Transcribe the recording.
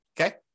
okay